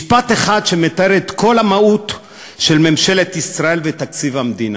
משפט אחד שמתאר את כל המהות של ממשלת ישראל ותקציב המדינה